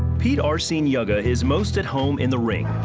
pete arciniaga is most at home in the ring.